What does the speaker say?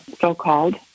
so-called